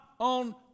On